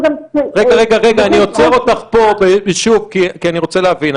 רגע, אני עוצר אותך פה שוב כי אני רוצה להבין.